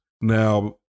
now